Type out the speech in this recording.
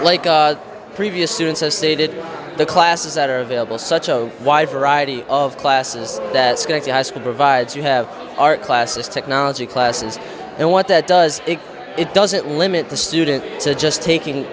like previous students have stated the classes that are available such a wide variety of classes that scott's high school provides you have art classes technology classes and what that does it it doesn't limit the student to just taking